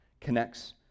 connects